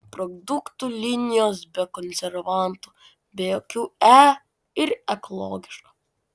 produktų linijos be konservantų be jokių e ir ekologiška